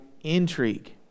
intrigue